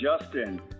Justin